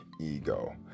ego